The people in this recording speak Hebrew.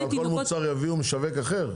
שעל כל מוצר יביאו משווק אחר?